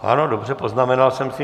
Ano, dobře, poznamenal jsem si.